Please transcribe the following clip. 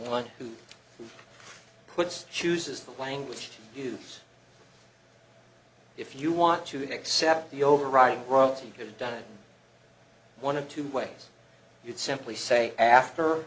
one who puts chooses the language to use if you want to accept the overriding runs you could have done one of two ways you'd simply say after